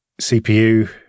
CPU